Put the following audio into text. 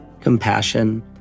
Compassion